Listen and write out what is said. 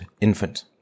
infant